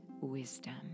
wisdom